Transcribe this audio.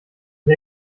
der